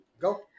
Go